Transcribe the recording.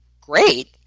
great